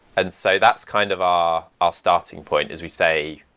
and so that's kind of our ah starting point, is we say,